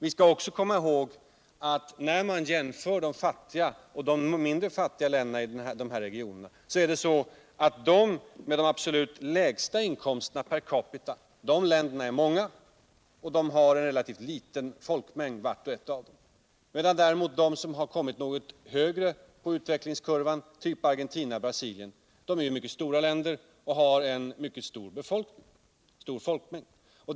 Vidare skall man vid en jämförelse mellan de fattiga och de mindre fattiga länderna i denna region hålla i minnet, att de som har den absolut lägsta inkomsten per capita är många och vart och eu har en relativt liten folkmängd. De som däremot kommit något högre på utvecklingskurvan. t.ex. Argentina och Brasilien, är mycket stora länder och har en mycket stor folkmängd.